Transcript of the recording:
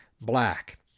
black